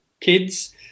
kids